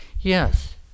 Yes